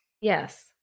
yes